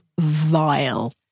vile